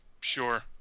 Sure